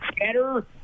better